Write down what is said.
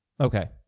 Okay